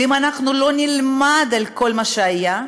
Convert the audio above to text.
ואם אנחנו לא נלמד על כל מה שהיה,